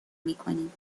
میکنیم